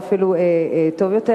ואפילו טוב יותר,